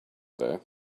though